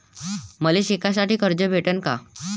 मले शिकासाठी कर्ज भेटन का?